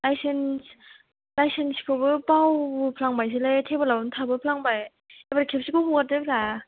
licence खौबो बावबोफ्लां बायसोलै तेबोलावनो थाबो फ्लांबाय एबार खेनसेखौ हगारदोब्रा